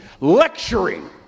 Lecturing